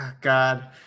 God